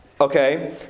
Okay